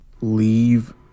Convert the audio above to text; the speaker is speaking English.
leave